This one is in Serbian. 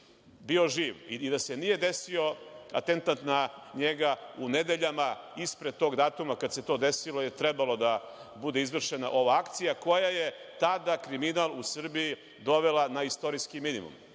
bio živ, i da se nije desio atentat na njega, u nedeljama ispred tog datuma kada se to desilo je trebalo da bude izvršena ova akcija, koja je tada kriminal u Srbiji dovela na istorijski minimum. Šta